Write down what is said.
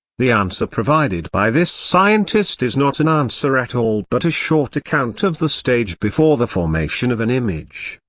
the answer provided by this scientist is not an answer at all but a short account of the stage before the formation of an image.